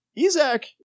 Isaac